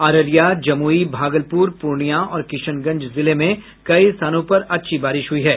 अररिया जमुई भागलपुर पूर्णिया और किशनगंज जिले में कई स्थानों पर अच्छी बारिश हुई है